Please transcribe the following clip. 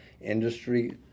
industry